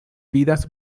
vidas